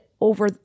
over